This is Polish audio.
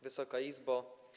Wysoka Izbo!